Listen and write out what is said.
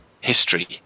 history